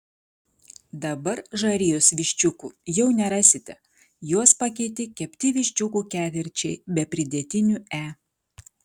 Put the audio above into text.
dabar žarijos viščiukų jau nerasite juos pakeitė kepti viščiukų ketvirčiai be pridėtinių e